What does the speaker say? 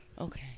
Okay